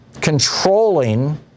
controlling